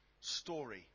story